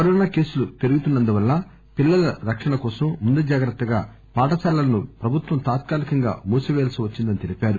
corona కేసులు పెరుగుతున్న ందువల్ల పిల్లల రక్షణ కోసం ముందుజాగ్రత్తగా పాఠశాలలను ప్రభుత్వం తాత్కాలికంగా మూసివేయవలసి వచ్చిందని తెలిపారు